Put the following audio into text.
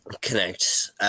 connect